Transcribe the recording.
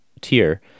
tier